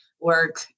work